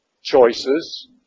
choices